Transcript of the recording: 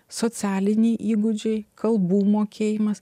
socialiniai įgūdžiai kalbų mokėjimas